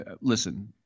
Listen